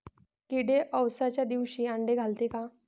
किडे अवसच्या दिवशी आंडे घालते का?